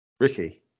Ricky